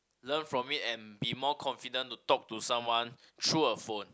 learn from it and be more confident to talk to someone through a phone